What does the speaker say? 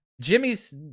Jimmy's